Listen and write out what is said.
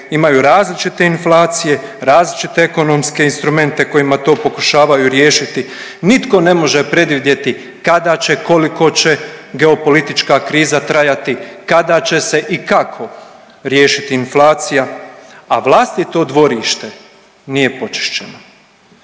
imaju različite inflacije, različite ekonomske instrumente kojima to pokušavaju riješiti. Nitko ne može predvidjeti kada će, koliko će geopolitička kriza trajati, kada će se i kako riješiti inflacija, a vlastito dvorište nije počišćeno.